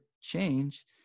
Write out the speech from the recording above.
change